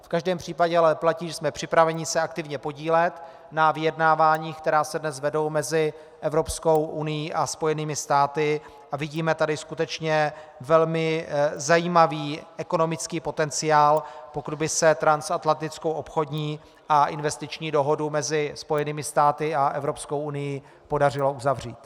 V každém případě ale platí, že jsme připraveni se aktivně podílet na vyjednáváních, která se dnes vedou mezi Evropskou unií a Spojenými státy, a vidíme tady skutečně velmi zajímavý ekonomický potenciál, pokud by se transatlantickou obchodní a investiční dohodu mezi Spojenými státy a Evropskou unií podařilo uzavřít.